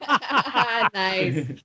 Nice